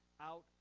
out